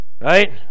right